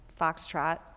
Foxtrot